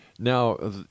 Now